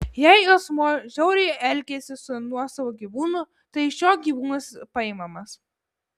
jei asmuo žiauriai elgiasi su nuosavu gyvūnu tai iš jo gyvūnas paimamas